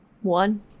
one